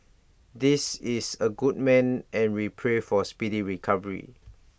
this is A good man and we pray for speedy recovery